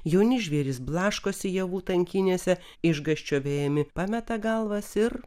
jauni žvėrys blaškosi javų tankynėse išgąsčio vejami pameta galvas ir